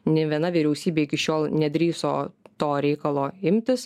nė viena vyriausybė iki šiol nedrįso to reikalo imtis